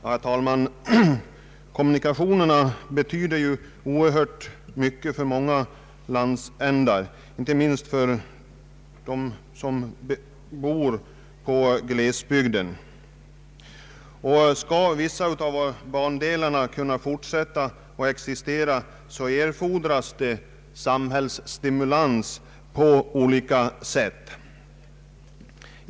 Herr talman! Kommunikationerna betyder oerhört mycket för många landsändar, inte minst för befolkningen inom glesbygdsområden. Om vissa bandelar inte kan fortsätta att existera, erfordras samhällsstimulans på olika sätt.